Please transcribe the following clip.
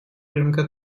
рынка